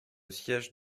siège